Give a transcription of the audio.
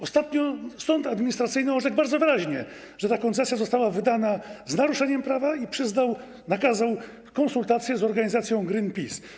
Ostatnio sąd administracyjny orzekł bardzo wyraźnie, że ta koncesja została wydana z naruszeniem prawa, i nakazał konsultacje z organizacją Greenpeace.